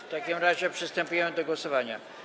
W takim razie przystępujemy do głosowania.